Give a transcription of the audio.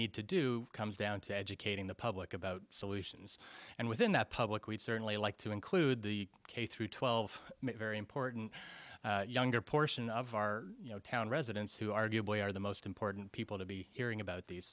need to do comes down to educating the public about solutions and within that public we'd certainly like to include the k through twelve very important younger portion of our town residents who arguably are the most important people to be hearing about these